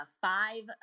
five